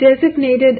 designated